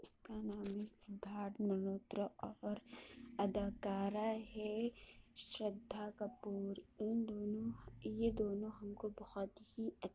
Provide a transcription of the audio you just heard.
اس کا نام ہے سدھارتھ ملھوترا اور اداکارہ ہے شردھا کپور ان دونوں یہ دونوں ہم کو بہت ہی